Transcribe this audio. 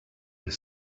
your